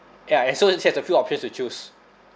ya and so she has a few options to choose